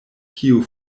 kiu